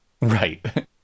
Right